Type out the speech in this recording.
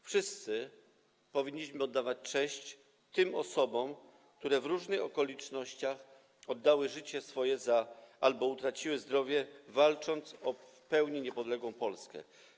Wszyscy powinniśmy oddawać cześć tym osobom, które w różnych okolicznościach oddały życie albo utraciły zdrowie, walcząc o w pełni niepodległą Polskę.